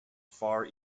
far